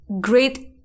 great